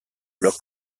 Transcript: blocs